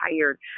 tired